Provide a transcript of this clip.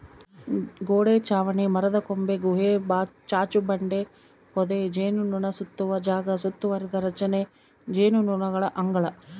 ಗೋಡೆ ಚಾವಣಿ ಮರದಕೊಂಬೆ ಗುಹೆ ಚಾಚುಬಂಡೆ ಪೊದೆ ಜೇನುನೊಣಸುತ್ತುವ ಜಾಗ ಸುತ್ತುವರಿದ ರಚನೆ ಜೇನುನೊಣಗಳ ಅಂಗಳ